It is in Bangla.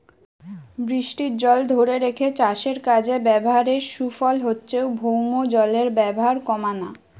বৃষ্টির জল ধোরে রেখে চাষের কাজে ব্যাভারের সুফল হচ্ছে ভৌমজলের ব্যাভার কোমানা